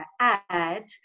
add